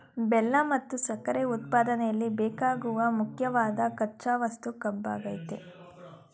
ಬೆಲ್ಲ ಮತ್ತು ಸಕ್ಕರೆ ಉತ್ಪಾದನೆಯಲ್ಲಿ ಬೇಕಾಗುವ ಮುಖ್ಯವಾದ್ ಕಚ್ಚಾ ವಸ್ತು ಕಬ್ಬಾಗಯ್ತೆ